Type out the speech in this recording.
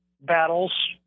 battles